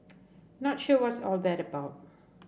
not sure what's all that about